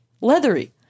Leathery